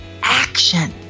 action